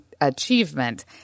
achievement